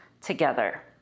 Together